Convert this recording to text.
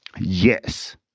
Yes